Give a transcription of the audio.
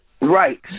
Right